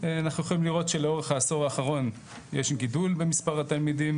אנחנו יכולים לראות שלאורך העשור האחרון יש גידול במספר התלמידים